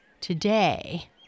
Today